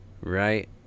right